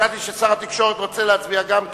חשבתי ששר התקשורת רוצה להצביע גם כן.